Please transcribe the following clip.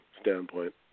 standpoint